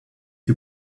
you